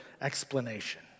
explanation